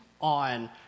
on